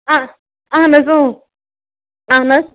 آ اَہَن حظ اۭں اہن حظ